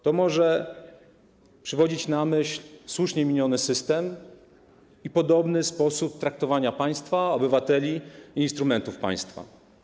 To może przywodzić na myśl słusznie miniony system i podobny sposób traktowania państwa, obywateli i instrumentów państwa.